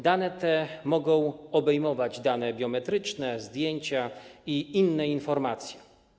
Dane te mogą obejmować dane biometryczne, zdjęcia i inne informacje.